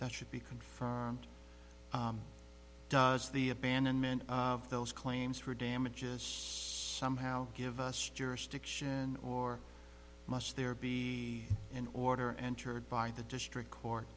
that should be confirmed does the abandonment of those claims for damages somehow give us jurisdiction or must there be in order entered by the district court